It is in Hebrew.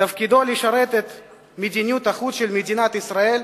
תפקידו לשרת את מדיניות החוץ של מדינת ישראל,